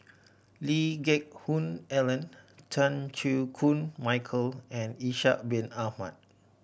Lee Geck Hoon Ellen Chan Chew Koon Michael and Ishak Bin Ahmad